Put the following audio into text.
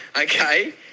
Okay